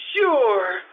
Sure